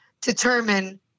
determine